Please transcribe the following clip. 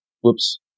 whoops